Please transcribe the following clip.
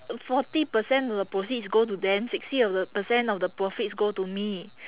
forty percent of the proceeds go to them sixty of the percent of the profits go to me